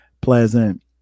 pleasant